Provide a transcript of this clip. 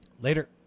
Later